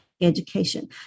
education